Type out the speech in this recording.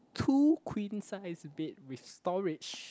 two queen size bed with storage